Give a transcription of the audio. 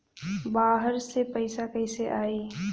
बाहर से पैसा कैसे आई?